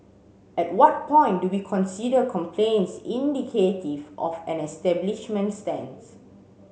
at what point do we consider complaints indicative of an establishment's stance